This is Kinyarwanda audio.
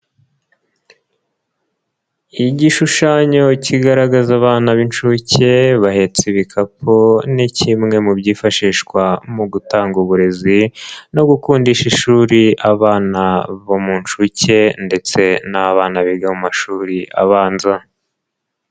Igishushanyo kigaragaza abana b'inshuke bahetse ibikapu ni kimwe mu byifashishwa mu gutanga uburezi no gukundisha ishuri abana bo mu nshuke ndetse n'abana biga mu mashuri abanza.